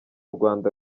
rwanda